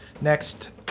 Next